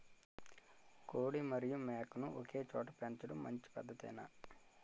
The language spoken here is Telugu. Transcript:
కోడి మరియు మేక ను ఒకేచోట పెంచడం మంచి పద్ధతేనా?